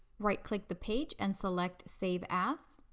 right click the page and select save as.